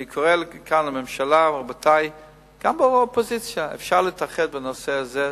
אני קורא מכאן לממשלה וגם לאופוזיציה: אפשר להתאחד בנושא הזה,